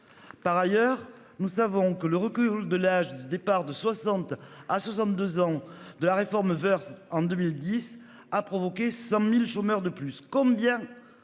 Par ailleurs, nous savons que le recul de l'âge de départ de 60 à 62 ans de la réforme. Woerth en 2010 a provoqué 100.000 chômeurs de plus combien.